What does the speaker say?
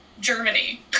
Germany